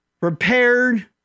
repaired